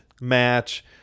match